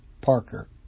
Parker